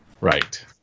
right